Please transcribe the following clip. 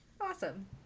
Awesome